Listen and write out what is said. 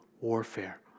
warfare